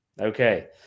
Okay